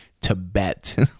Tibet